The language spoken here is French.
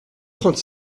trente